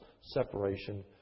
separation